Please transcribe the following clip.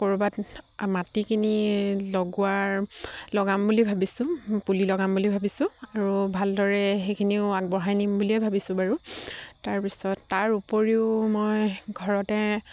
ক'ৰবাত মাটি কিনি লগোৱাৰ লগাম বুলি ভাবিছোঁ পুলি লগাম বুলি ভাবিছোঁ আৰু ভালদৰে সেইখিনিও আগবঢ়াই নিম বুলিয়েই ভাবিছোঁ বাৰু তাৰপিছত তাৰ উপৰিও মই ঘৰতে